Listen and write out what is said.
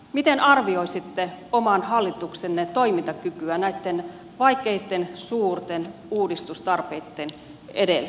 miten arvioisitte oman hallituksenne toimintakykyä näitten vaikeitten suurten uudistustarpeitten edellä